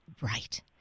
Right